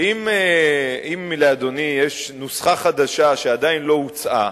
שאם לאדוני יש נוסחה חדשה שעדיין לא הוצעה,